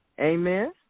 Amen